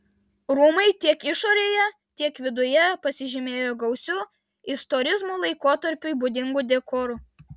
rūmai tiek išorėje tiek viduje pasižymėjo gausiu istorizmo laikotarpiui būdingu dekoru